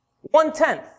one-tenth